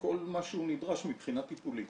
וכל מה שהוא נדרש מבחינה טיפולית.